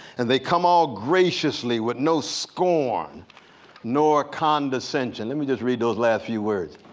and they come all graciously with no scorn nor condescension. let me just read those last few words